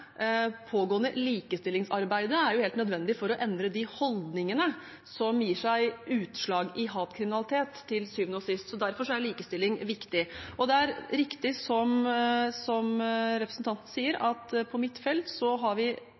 pågående likestillingsarbeidet er helt nødvendig for å endre de holdningene som til syvende og sist gir seg utslag i hatkriminalitet. Derfor er likestilling viktig. Det er riktig, som representanten sier, at på mitt felt har vi grunnleggende likestillingstiltak. Vi har handlingsplaner. Vi